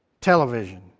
television